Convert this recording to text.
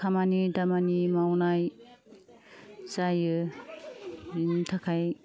खामानि दामानि मावनाय जायो बिनि थाखाय